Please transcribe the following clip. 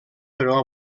però